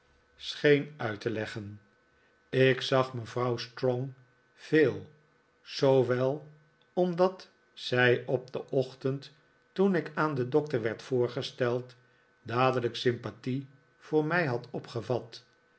scheen uit te leggen ik zag mevrouw strong veel zoowel omdat zij op den ochtend toen ik aan den doctor werd voorgesteld dadelijk sympathie voor mij had opgevat